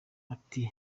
ati